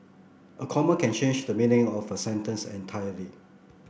a comma can change the meaning of a sentence entirely